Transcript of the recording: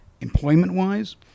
employment-wise